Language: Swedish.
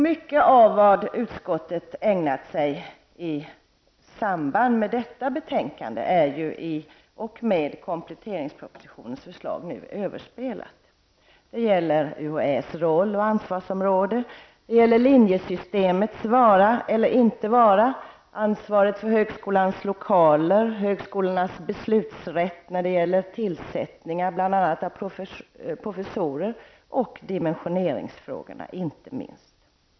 Mycket av vad utskottet ägnat sig åt i samband med detta betänkande är i och med kompletteringspropositionens förslag nu överspelat. Det gäller UHÄs roll och ansvarsområde, linjesystemets vara eller inte vara, ansvaret för högskolans lokaler, högskolornas beslutsrätt när det gäller tillsättningar, bl.a. av professorer, och dimensioneringsfrågorna inte minst.